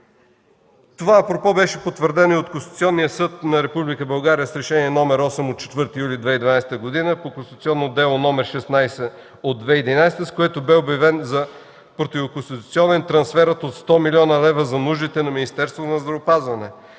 Това, апропо, беше потвърдено и от Конституционния съд на Република България с Решение № 8 от 4 юли 2012 г. по Конституционно дело № 16 от 2011 г., с което бе обявен за противоконституционен трансферът от 100 млн. лв. за нуждите на Министерството на здравеопазването.